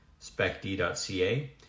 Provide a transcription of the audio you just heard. specd.ca